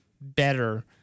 better